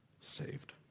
saved